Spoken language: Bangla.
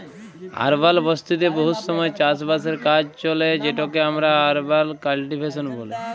আরবাল বসতিতে বহুত সময় চাষ বাসের কাজ চলে যেটকে আমরা আরবাল কাল্টিভেশল ব্যলি